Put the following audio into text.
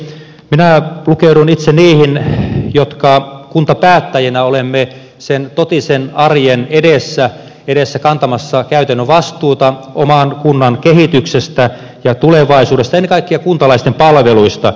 minä lukeudun itse niihin jotka kuntapäättäjinä olemme sen totisen arjen edessä kantamassa käytännön vastuuta oman kunnan kehityksestä ja tulevaisuudesta ja ennen kaikkea kuntalaisten palveluista